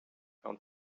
found